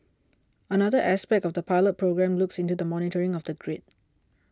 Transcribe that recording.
another aspect of the pilot programme looks into the monitoring of the grid